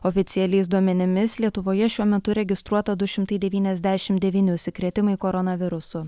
oficialiais duomenimis lietuvoje šiuo metu registruota du šimtai devyniasdešimt devyni užsikrėtimai koronavirusu